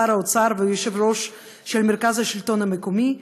שר האוצר ויושב-ראש מרכז השלטון המקומי,